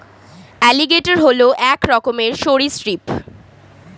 alligator হল এক রকমের সরীসৃপ